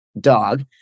dog